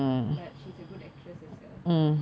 but she's a good actress herself